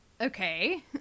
Okay